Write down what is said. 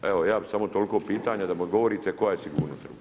Evo ja bih samo toliko pitanja da mi odgovorite koja je sigurnost.